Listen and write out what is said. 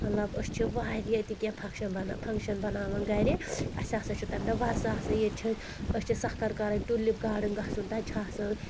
مطلب أسۍ چھِ واریاہ ییٚتہِ کینٛہہ فنٛگشَن فَنٛگشَن بَناوَان گَرِ اَسہِ ہَسا چھُ تَمہِ دۄہ وَرثہٕ آسان ییٚتہِ چھِ أسۍ أسۍ چھِ سخر کَرٕنۍ ٹیولِپ گاڈن گژھُن تَتہِ چھُ آسان